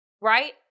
right